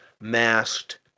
masked